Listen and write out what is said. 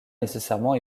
nécessairement